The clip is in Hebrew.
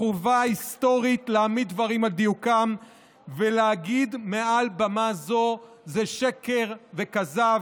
חובה היסטורית להעמיד דברים על דיוקם ולהגיד מעל במה זו: זה שקר וכזב,